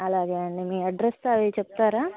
అలాగే అండి మీ అడ్రెస్ అవి చెప్తారా